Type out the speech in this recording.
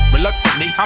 Reluctantly